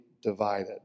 divided